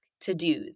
to-dos